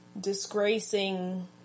disgracing